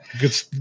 good